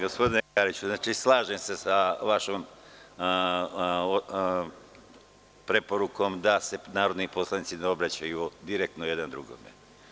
Gospodine Kariću, slažem se sa vašom preporukom da se narodni poslanici ne obraćaju direktno jedan drugome.